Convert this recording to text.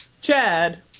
Chad